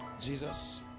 jesus